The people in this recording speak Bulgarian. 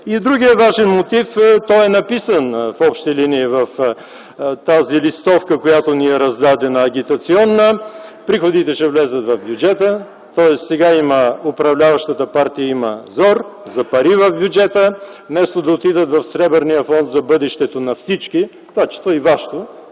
И друг важен мотив, който в общи линии е написан в тази агитационна листовка, която ни е раздадена. Агитационна: приходите ще влязат в бюджета. Сега управляващата партия има зор за пари в бюджета. Вместо да отидат в Сребърния фонд за бъдещето на всички, в това число и вашето,